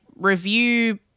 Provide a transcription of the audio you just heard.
review